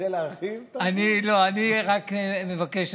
אני מבקש,